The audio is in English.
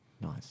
Nice